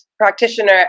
Practitioner